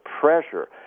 pressure